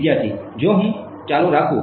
વિદ્યાર્થી જો હું ચાલુ રાખું